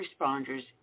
responders